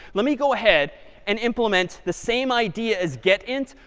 let me go ahead and implement the same idea as getint,